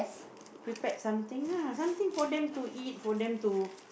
prepared something lah something for them to eat for them to